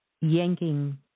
yanking